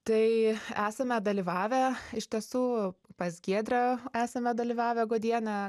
tai esame dalyvavę iš tiesų pas giedrę esame dalyvavę guodienę